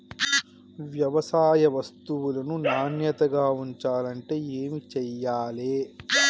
వ్యవసాయ వస్తువులను నాణ్యతగా ఉంచాలంటే ఏమి చెయ్యాలే?